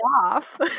off